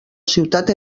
ciutat